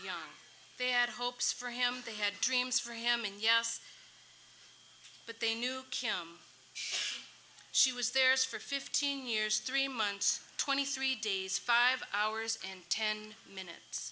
had hopes for him they had dreams for him and yes but they knew him she was theirs for fifteen years three months twenty three days five hours and ten minutes